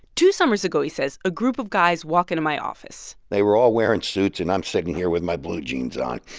two summers ago, he says, a group of guys walk into my office they were all wearing suits, and i'm sitting here with my blue jeans on.